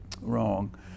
wrong